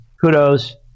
kudos